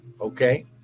okay